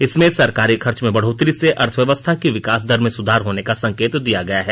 इसमें सरकारी खर्च में बढ़ोतरी से अर्थव्यवस्था की विकास दर में सुधार होने का संकेत दिया गया है